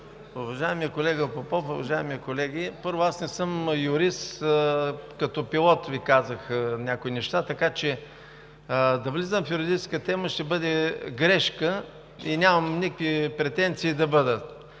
Уважаеми колега Попов, уважаеми колеги! Първо, аз не съм юрист. Като пилот Ви казах някои неща. Така че да влизам в юридическа тема ще бъде грешка. Нямам никакви претенции да бъда.